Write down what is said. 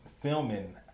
filming